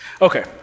Okay